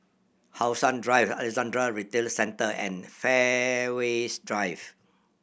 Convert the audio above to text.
How Sun Drive Alexandra Retail Centre and Fairways Drive